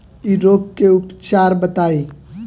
इ रोग के उपचार बताई?